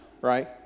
Right